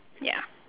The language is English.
ya